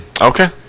Okay